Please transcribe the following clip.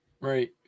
right